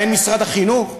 מה, אין משרד החינוך?